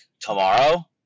tomorrow